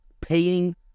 paying